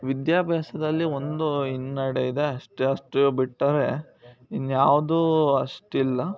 ವಿದ್ಯಾಭ್ಯಾಸದಲ್ಲಿ ಒಂದು ಹಿನ್ನೆಡೆ ಇದೆ ಅಷ್ಟೇ ಅಷ್ಟು ಬಿಟ್ಟರೆ ಇನ್ಯಾವುದು ಅಷ್ಟಿಲ್ಲ